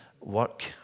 work